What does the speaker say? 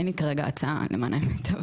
אין לי כרגע הצעה, למען האמת.